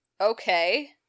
okay